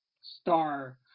star